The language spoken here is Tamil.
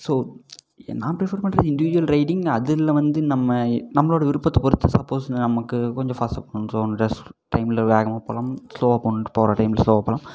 ஸோ நான் ப்ரிஃபேர் பண்ணுறது இண்டிவிஜுவல் ரைடிங் அதில் வந்து நம்ம நம்மளோட விருப்பத்தை பொறுத்து சப்போஸ் நமக்கு கொஞ்சம் ஃபாஸ்ட்டாக போகணுன்னு தோன்ற டைமில் வேகமாக போகலாம் ஸ்லோவாக போகணுன்னு போகிற டைமில் ஸ்லோவாக போகலாம்